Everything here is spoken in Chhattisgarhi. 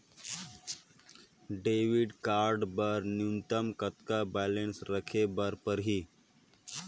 क्रेडिट कारड बर न्यूनतम कतका बैलेंस राखे बर पड़ही?